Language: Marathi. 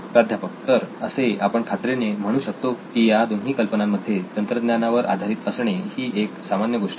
प्राध्यापक तर असे आपण खात्रीने म्हणू शकतो की या दोन्ही कल्पनांमध्ये तंत्रज्ञानावर आधारित असणे ही एक सामान्य गोष्ट आहे